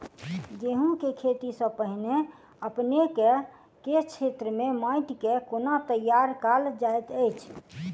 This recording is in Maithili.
गेंहूँ केँ खेती सँ पहिने अपनेक केँ क्षेत्र मे माटि केँ कोना तैयार काल जाइत अछि?